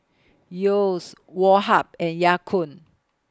Yeo's Woh Hup and Ya Kun